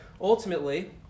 ultimately